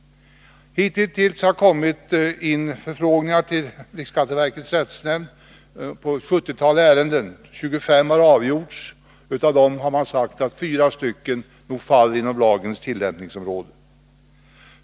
Hitintills har det kommit in förfrågningar till riksskatteverkets rättsnämnd i ett 70-tal ärenden. 25 har avgjorts. Av dessa har nämnden sagt att 4 nog faller inom lagens tillämpningsområde.